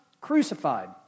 crucified